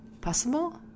possible